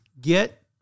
get